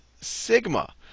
sigma